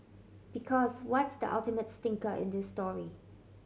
because what's the ultimate stinker in this story